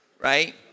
right